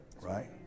right